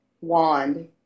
wand